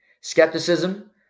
skepticism